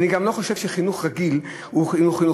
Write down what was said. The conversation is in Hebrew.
אני גם לא חושב שחינוך רגיל הוא חינוך,